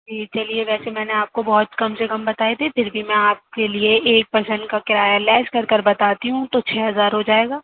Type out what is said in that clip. جی چلیے ویسے میں نے آپ کو بہت کم سے کم بتائے تھے پھر بھی میں آپ کے لیے ایک پرسن کا کرایہ لیس کر کر بتاتی ہوں تو چھ ہزار ہو جائے گا